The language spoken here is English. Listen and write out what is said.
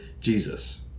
Jesus